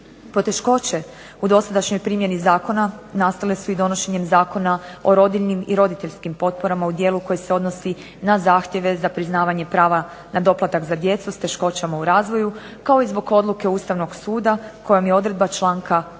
Poteškoće u dosadašnjoj primjeni zakona nastale su i donošenjem Zakona o rodiljnim i roditeljskim potporama u dijelu koje se odnosi na zahtjeve za priznavanje prava na doplatak za djecu s teškoćama u razvoju kao i zbog odluke Ustavnog suda kojom je odredba članka 55.